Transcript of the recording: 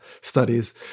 studies